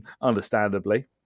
understandably